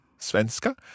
Svenska